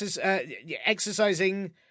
exercising